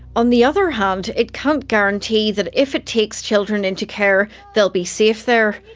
on the other hand, it can't guarantee that if it takes children into care, they'll be safe there.